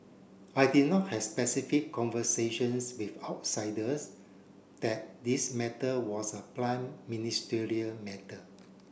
I did not has specific conversations with outsiders that this matter was a prime ministerial matter